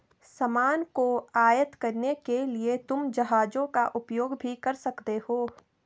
सामान को आयात करने के लिए तुम जहाजों का उपयोग भी कर सकते हो